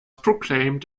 proclaimed